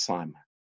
Simon